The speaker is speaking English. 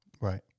Right